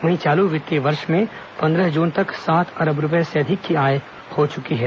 वहीं चालू वित्तीय वर्ष में पन्द्रह जून तक सात अरब रूपए से अधिक की आय हो चुकी है